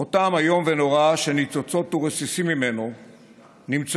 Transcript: חותם איום ונורא שניצוצות ורסיסים ממנו נמצאים